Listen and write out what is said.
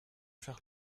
vers